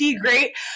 Great